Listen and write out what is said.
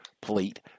plate